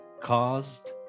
caused